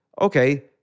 okay